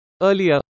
Earlier